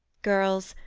girls,